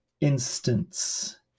instance